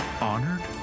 Honored